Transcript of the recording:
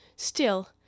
Still